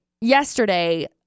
yesterday